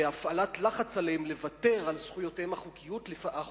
ועם הפעלת לחץ עליהם לוותר על זכויותיהם החוקיות,